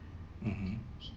mmhmm